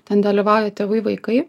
ten dalyvauja tėvai vaikai